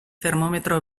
termometro